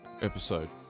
episode